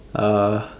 uh